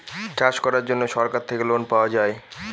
চাষ করার জন্য সরকার থেকে লোন পাওয়া যায়